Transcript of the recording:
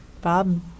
Bob